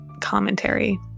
commentary